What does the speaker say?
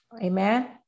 Amen